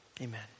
Amen